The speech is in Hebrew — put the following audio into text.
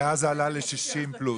מאז זה עלה ל-60 פלוס.